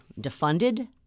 defunded